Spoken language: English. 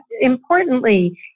importantly